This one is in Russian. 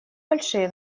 большие